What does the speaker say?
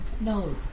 No